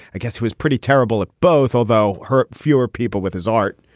i guess he was pretty terrible at both although her fewer people with his art